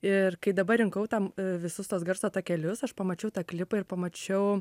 ir kai dabar rinkau tam visus tuos garso takelius aš pamačiau tą klipą ir pamačiau